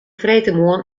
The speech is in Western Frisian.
freedtemoarn